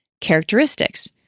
characteristics